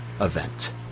event